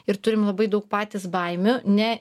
ir turim labai daug patys baimių ne